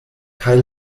kaj